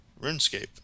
RuneScape